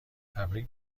تبریک